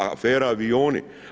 Afera avioni?